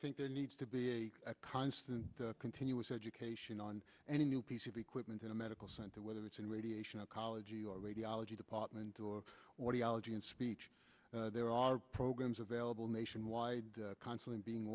think there needs to be a constant continuous education on any new piece of equipment in a medical center whether it's in radiation oncology or radiology department or what the ology in speech there are programs available nationwide constantly being